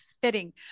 fitting